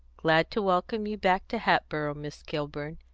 glad to welcome you back to hatboro', miss kilburn.